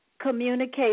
communicate